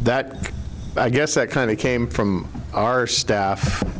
that i guess that kind of came from our staff